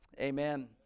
amen